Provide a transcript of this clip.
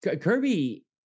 Kirby